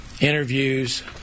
interviews